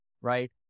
right